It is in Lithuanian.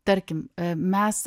tarkim mes